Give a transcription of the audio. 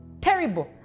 Terrible